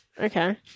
Okay